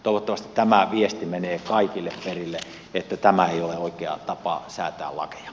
toivottavasti tämä viesti menee kaikille perille että tämä ei ole oikea tapa säätää lakeja